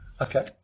Okay